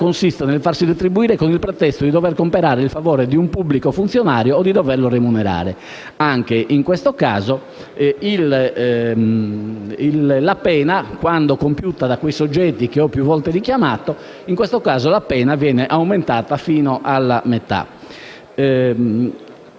consiste nel farsi retribuire con il pretesto di dover comprare il favore di un pubblico funzionario o di doverlo remunerare. Anche in questo caso la pena, quando compiuta dai soggetti che ho più volte richiamato, viene aumentata fino alla metà.